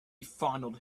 fondled